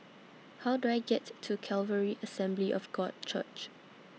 How Do I get to Calvary Assembly of God Church